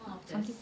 something